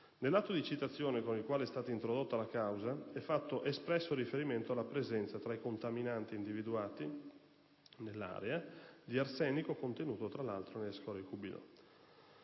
Nell'atto di citazione con il quale è stata introdotta la causa è fatto espresso riferimento alla presenza, fra i contaminanti individuati nell'area Pertusola, di arsenico contenuto, fra l'altro, nelle scorie cubilot.